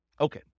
Okay